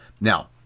Now